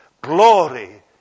Glory